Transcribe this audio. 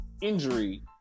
injury